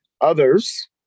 Others